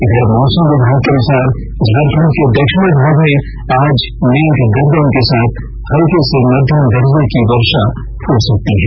इधर मौसम विभाग के अनुसार झारखंड के दक्षिणी भाग में आज मेघ गर्जन के साथ हल्के से मध्यम दर्जे की वर्षा हो सकती है